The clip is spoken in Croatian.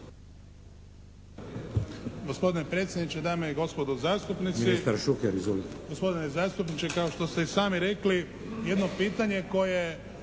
Gospodine predsjedniče, dame i gospodo zastupnici! Gospodine zastupniče, kao što ste i sami rekli jedno pitanje koje